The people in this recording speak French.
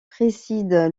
préside